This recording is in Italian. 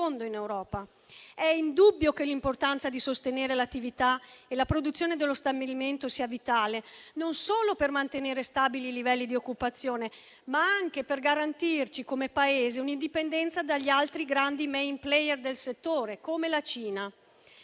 È indubbio che l'importanza di sostenere l'attività e la produzione dello stabilimento sia vitale non solo per mantenere stabili i livelli di occupazione, ma anche per garantirci come Paese un'indipendenza dagli altri grandi *main player* del settore, come la Cina.